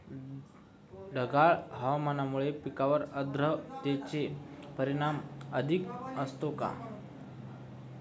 ढगाळ हवामानामुळे पिकांवर आर्द्रतेचे परिणाम अधिक असतो का?